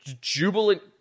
jubilant